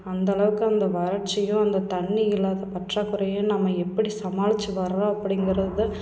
அந்த அளவுக்கு அந்த வறட்சியும் அந்த தண்ணி இல்லாத பற்றாக்குறையும் நம்ம எப்படி சமாளிச்சு வர்றோம் அப்படிங்கிறது